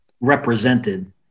represented